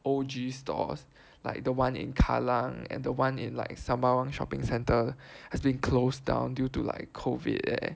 O_G stores like the one in Kallang and the one in like Sembawang shopping centre has been closed down due to like COVID leh